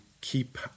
keep